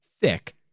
thick